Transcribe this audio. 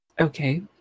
okay